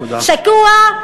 שקוע,